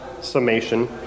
summation